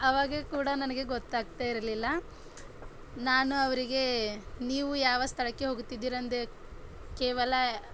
ಆವಾಗ ಕೂಡ ನನಗೆ ಗೊತ್ತಾಗ್ತಾ ಇರಲಿಲ್ಲ ನಾನು ಅವರಿಗೆ ನೀವು ಯಾವ ಸ್ಥಳಕ್ಕೆ ಹೋಗುತ್ತಿದ್ದೀರೆಂದು ಕೇವಲ